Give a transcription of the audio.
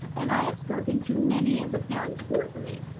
and i have spoken to many of the parents who agree.